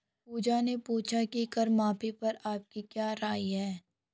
पूजा ने पूछा कि कर माफी पर आपकी क्या राय है?